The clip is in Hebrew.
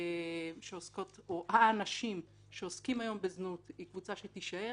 שעוסקים היום בזנות היא קבוצה שתישאר